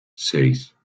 seis